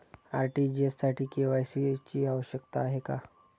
RTGS साठी KYC ची आवश्यकता आहे का?